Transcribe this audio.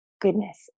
goodness